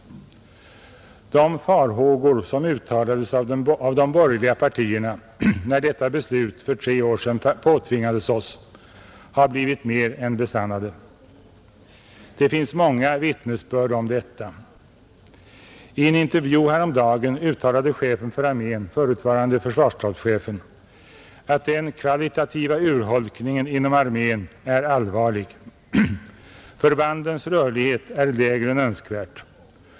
De farhågor som uttalades av de borgerliga partierna, när detta beslut för tre år sedan påtvingades oss, har blivit mer än besannade. Det finns många vittnesbörd om detta. I en intervju häromdagen wuttalade chefen för armén, förutvarande försvarsstabschefen, att den kvalitativa urholkningen inom armén är allvarlig. Förbandens rörlighet/är lägre än önskvärt.